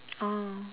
oh